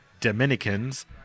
dominicans